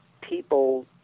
people